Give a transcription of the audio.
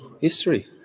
history